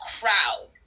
crowd